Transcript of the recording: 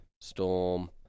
Storm